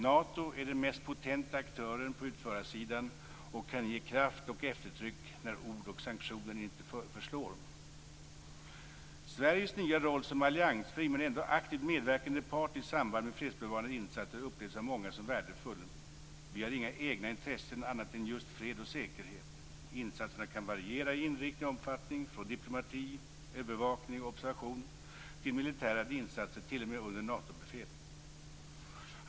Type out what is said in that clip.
Nato är den mest potenta aktören på utförandesidan och kan ge kraft och eftertryck när ord och sanktioner inte förslår. Sveriges nya roll som alliansfri men ändå aktivt medverkande part i samband med fredsbevarande insatser upplevs av många som värdefull. Vi har inga egna intressen annat än just fred och säkerhet. Insatserna kan variera i inriktning och omfattning, från diplomati, övervakning och observation till militära insatser t.o.m. under Natobefäl.